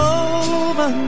over